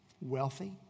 wealthy